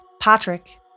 Patrick